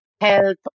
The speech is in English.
health